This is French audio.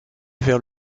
vers